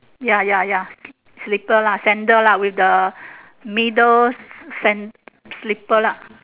ya ya ya slipper lah sandal lah with the middle sa~ sand~ slipper lah